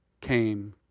came